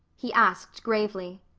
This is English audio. he asked gravely.